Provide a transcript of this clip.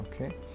okay